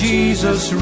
Jesus